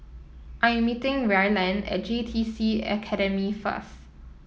I am meeting Ryland at J T C Academy first